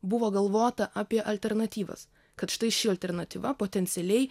buvo galvota apie alternatyvas kad štai ši alternatyva potencialiai